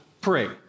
pray